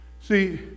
See